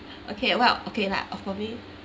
okay well okay lah of for me